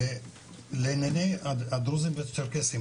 ועדת משנה לענייני הדרוזים והצ'רקסים.